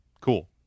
Cool